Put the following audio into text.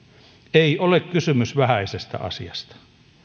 ei ole kysymys vähäisestä asiasta